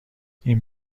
این